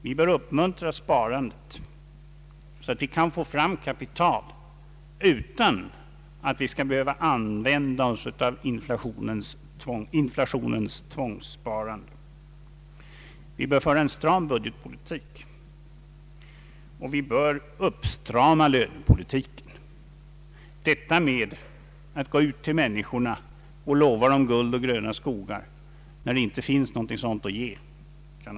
Vi bör uppmuntra sparandet, så att vi kan få fram kapital utan att behöva använda oss av inflationens tvångssparande. Vi bör föra en stram budgetpolitik och vi bör uppstrama lönepolitiken. Det kan inte vara sunt och riktigt att gå ut till människorna och lova dem guld och gröna skogar när det inte finns något sådant att ge.